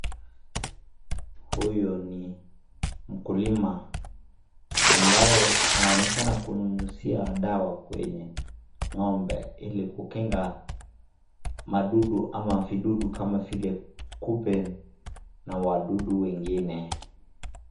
Huyu ni mkulima ambaye anaonekana kunyunyizia dawa kwenye ng'ombe ili kukinga madudu ama vidudu kama vile kupe na wadudu wengine.